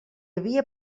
havia